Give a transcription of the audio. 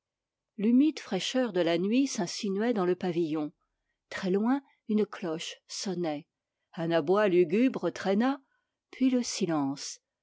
l'humide fraîcheur de la nuit s'insinuait dans le pavillon très loin une cloche sonnait un aboi lugubre traîna puis le silence